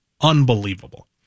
Unbelievable